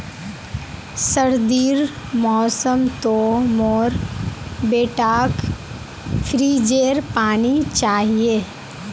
सर्दीर मौसम तो मोर बेटाक फ्रिजेर पानी चाहिए